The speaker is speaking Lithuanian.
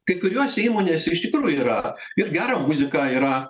kai kuriose įmonėse iš tikrųjų yra ir gera muzika yra